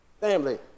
Family